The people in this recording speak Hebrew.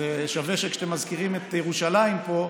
אז שווה שכשאתם מזכירים את ירושלים פה,